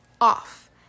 off